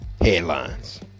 headlines